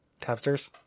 Tabsters